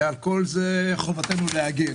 ועל כל זה חובתנו להגן.